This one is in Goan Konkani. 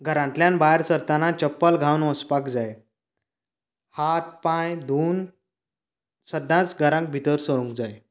घरांतल्यान भायर सरतना चप्पल घावन वचपाक जाय हात पांय धुवून सदांच घरांत भितर सरूंक जाय